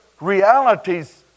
realities